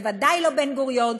בוודאי לא בן-גוריון,